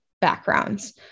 backgrounds